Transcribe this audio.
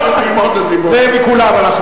זה מכולם.